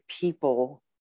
people